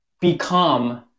become